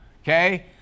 Okay